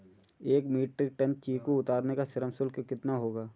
एक metric tonne चीकू उतारने का श्रम शुल्क कितना होगा?